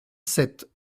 sept